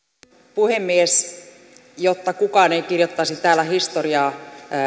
puhemies jotta kukaan ei kirjoittaisi täällä historiaa